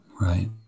Right